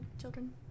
Children